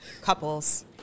Couples